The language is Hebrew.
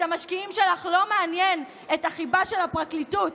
את המשקיעים שלך לא מעניינת החיבה של הפרקליטות